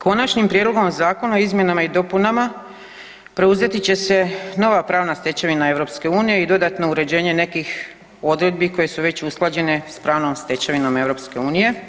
Konačnim prijedlogom zakona o izmjenama i dopunama preuzeti će se nova pravna stečevina EU i dodatno uređenje nekih odredbi koje su već usklađene sa pravnom stečevinom EU.